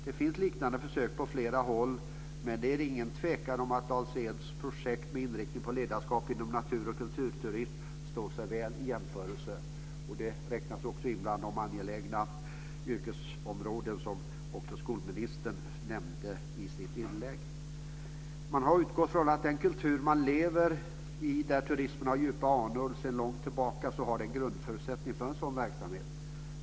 Det finns liknande försök på flera håll, men det råder ingen tvekan om att Dals Eds projekt med inriktning på ledarskap inom natur och kulturtursim står sig väl vid en jämförelse, och det räknas också in bland de angelägna yrkesområden som skolministern nämnde i sitt anförande. Man har utgått från att den kultur som man lever i där turismen har djupa anor sedan långt tillbaka utgör en grundförutsättning för en sådan verksamhet.